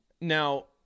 now